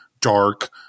dark